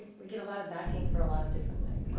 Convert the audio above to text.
we get a lot of backing for a lot of different things.